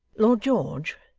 lord george,